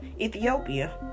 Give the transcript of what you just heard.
Ethiopia